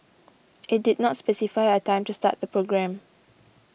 it did not specify a time to start the programme